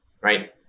right